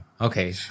Okay